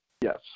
Yes